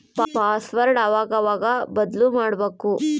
password ಅವಾಗವಾಗ ಬದ್ಲುಮಾಡ್ಬಕು